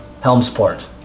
Helmsport